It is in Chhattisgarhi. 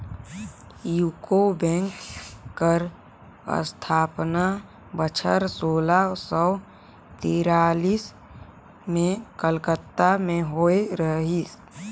यूको बेंक कर असथापना बछर सोला सव तिरालिस में कलकत्ता में होए रहिस